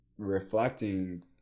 reflecting